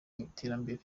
rw’iterambere